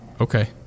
okay